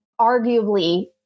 arguably